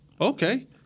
okay